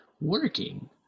working